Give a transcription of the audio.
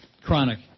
Chronic